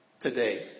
today